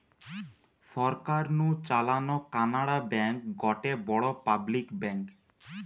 সরকার নু চালানো কানাড়া ব্যাঙ্ক গটে বড় পাবলিক ব্যাঙ্ক